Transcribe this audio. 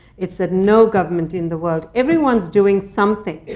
it said, no government in the world everyone's doing something.